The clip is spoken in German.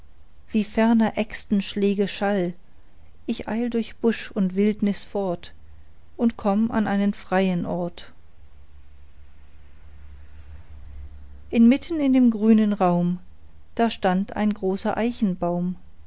wie ferner äxtenschläge schall ich eil durch busch und wildnis fort und komm an einen freien ort inmitten in dem grünen raum da stand ein großer eichenbaum